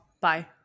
Bye